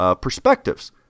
perspectives